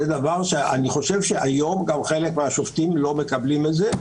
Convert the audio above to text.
זה דבר שאני חושב שהיום גם חלק מהשופטים לא מקבלים את זה.